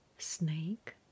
snake